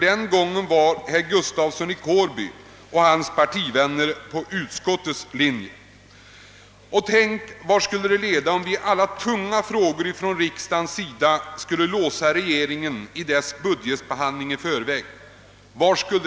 Den gången gick herr Gustafsson i Kårby och hans partivänner på utskottets linje. Vart skulle det leda om riksdagen i alla »tunga» frågor i förväg skulle låsa regeringen i dess budgetbehandling?